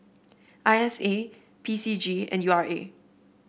I S A P C G and U R A